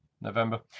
November